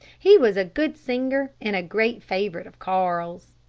he was a good singer, and a great favorite of carl's.